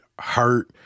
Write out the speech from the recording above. hurt